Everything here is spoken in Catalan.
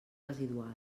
residuals